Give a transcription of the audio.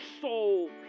soul